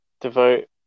devote